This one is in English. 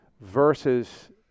versus